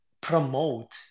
promote